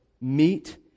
meet